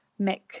Mick